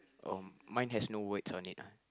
oh mine has no words on it ah